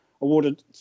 Awarded